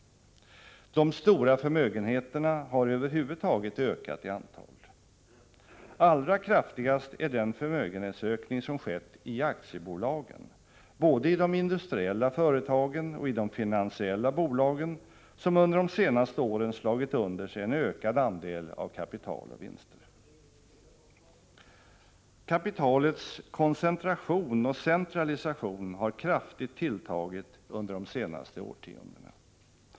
De stora förmögenheterna har över huvud taget ökat i antal. Allra kraftigast är den förmögenhetsökning som har skett i aktiebolagen, både i de industriella företagen och i de finansiella bolag som under de senaste åren har slagit under sig en ökad andel av kapital och vinster. Kapitalets koncentration och centralisation har kraftigt tilltagit under de senaste årtiondena.